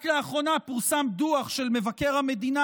רק לאחרונה פורסם דוח של מבקר המדינה